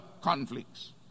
conflicts